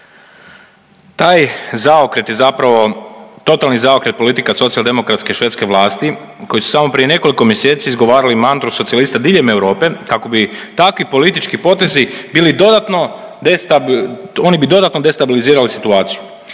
Taj zaokret je zapravo totalni zaokret politika socijaldemokratske švedske vlasti koje su samo prije nekoliko mjeseci izgovarali mantru socijalista diljem Europe kao bi takvi politički potezi bili dodatno .../nerazumljivo/...